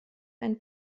ein